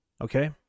Okay